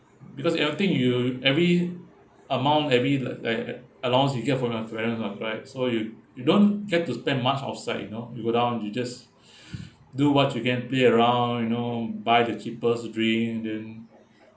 because everything you every amount every li~ like allowance you get for your parents lah right so you you don't get to spend much outside you know you go down you just do what you can play around you know buy the cheapest drink then